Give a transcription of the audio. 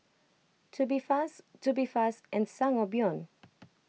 Tubifast Tubifast and Sangobion